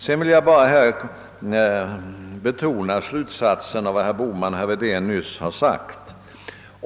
Jag vill också betona den slutsats som kan dras av vad herrar Bohman och Wedén nyss anfört.